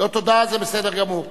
לא תודה, זה בסדר גמור.